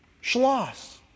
Schloss